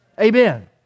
Amen